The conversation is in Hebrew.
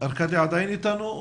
ארקדי עדיין איתנו?